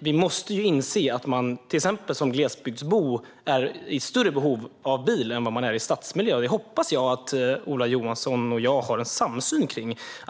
Vi måste inse att man till exempel som glesbygdsbo är i större behov av bil än man är i stadsmiljö. Det hoppas jag att Ola Johansson och jag har samsyn kring.